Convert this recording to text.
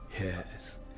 Yes